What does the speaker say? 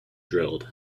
drilled